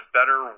better